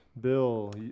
Bill